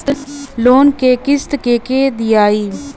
Loan क किस्त के के दियाई?